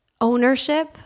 ownership